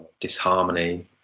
disharmony